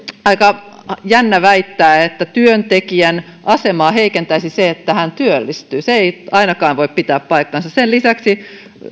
aika jännä väittää että työntekijän asemaa heikentäisi se että hän työllistyy se ei ainakaan voi pitää paikkaansa sen lisäksi